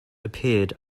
appeared